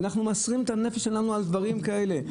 אנחנו מוסרים את הנפש שלנו על דברים כאלה,